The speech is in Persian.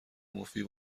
مفید